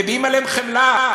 מביעים עליהם חמלה?